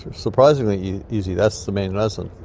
surprisingly easy, that's the main lesson,